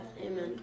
Amen